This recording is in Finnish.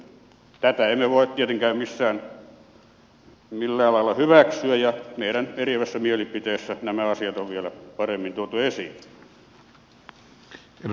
tätä emme voi tietenkään millään lailla hyväksyä ja meidän eriävässä mielipiteessämme nämä asiat on vielä paremmin tuotu esiin